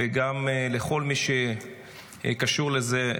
וגם לכל מי שקשור לזה,